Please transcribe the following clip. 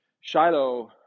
Shiloh